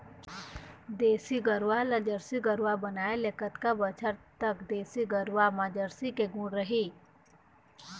देसी गरवा ला जरसी गरवा बनाए ले कतका बछर तक देसी गरवा मा जरसी के गुण रही?